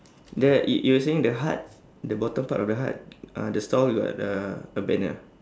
the y~ you were saying the hut the bottom part of the hut uh the stall with uh the a banner